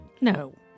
No